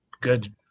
good